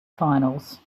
finals